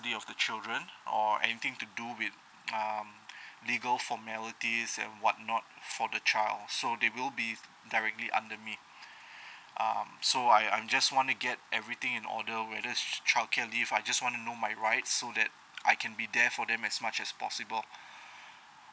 of the children or anything to do with um legal formalities and what not for the child so they will be directly under me um so I I just want to get everything in order whether childcare leave I just want to know my right so that I can be there for them as much as possible